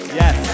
yes